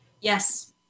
Yes